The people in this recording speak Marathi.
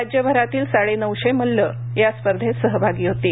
राज्यभरातील साडेनऊशे मल्ल स्पर्धेत सहभागी होतील